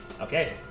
Okay